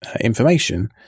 information